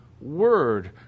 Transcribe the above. word